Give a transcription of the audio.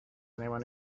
anyone